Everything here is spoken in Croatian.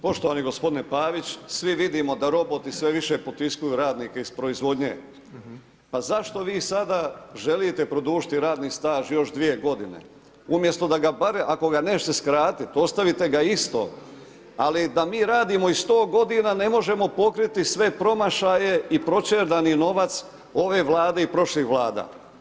Poštovani gospodine Pavić, svi vidimo da roboti sve više potiskuju radnike iz proizvodnje, pa zašto vi sada želite produžiti radni staž još 2 g. umjesto da ga bar ako ga neće skratiti, ostavite ga isto ali da mi radimo i 100 g. ne možemo pokriti sve promašaje i proćerdani novac ove Vlade i prošlih Vlada.